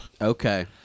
Okay